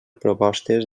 propostes